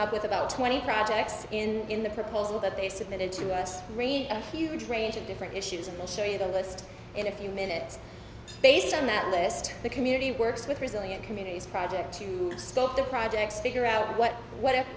up with about twenty projects in the proposal that they submitted to us read a huge range of different issues and we'll show you the list in a few minutes based on that list the community works with resilient communities project to scope the projects figure out what what